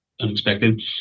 unexpected